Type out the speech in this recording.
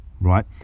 right